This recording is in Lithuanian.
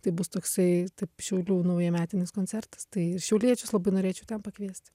tai bus toksai šiaulių naujametinis koncertas tai ir šiauliečius labai norėčiau ten pakviesti